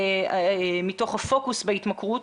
מתוך הפוקוס בהתמכרות,